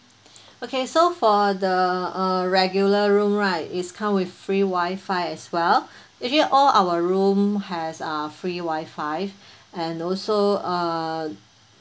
okay so for the uh regular room right is come with free wifi as well actually all our room has a free wifi and also uh